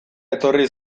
etorri